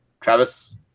Travis